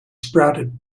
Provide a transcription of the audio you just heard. sprouted